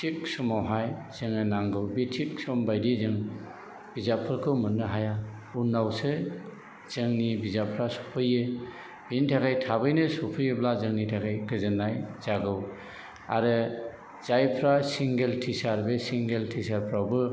थिग समावहाय जोङो नांगौ बे थिग सम बायदि जों बिजाबफोरखौ मोननो हाया उनावसो जोंनि बिजाबफ्रा सफैयो बिनि थाखाय थाबैनो सफैयोब्ला जोंनि थाखाय गोजोन्नाय जागौ आरो जायफ्रा सिंगेल टिसार बे सिंगेल टिसार फ्रावबो